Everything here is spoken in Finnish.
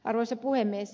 arvoisa puhemies